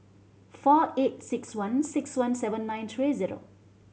four eight six one six one seven nine three zero